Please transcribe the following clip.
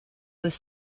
was